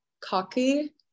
cocky